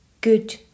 good